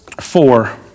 Four